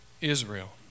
Israel